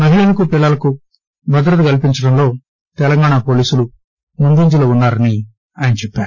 మహిళలకు పిల్లలకు భద్రత కల్పించడంలో తెలంగాణా పోలీసులు ముందంజలో ఉన్నా రని ఆయన చెప్పారు